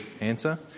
answer